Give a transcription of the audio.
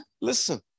Listen